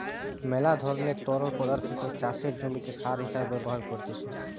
মেলা ধরণের তরল পদার্থকে চাষের জমিতে সার হিসেবে ব্যবহার করতিছে